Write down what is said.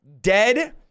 dead